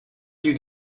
you